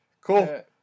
cool